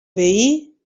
veí